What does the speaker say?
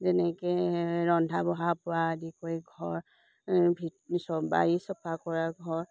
যেনেকৈ ৰন্ধা বঢ়া পৰা আদি কৰি ঘৰ ভিত চব বাৰী চফা কৰা ঘৰ